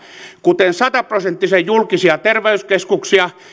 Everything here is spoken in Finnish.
kuten sata prosenttisen julkisia terveyskeskuksia